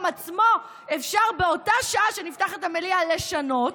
עצמו אפשר באותה שעה שנפתחת המליאה לשנות.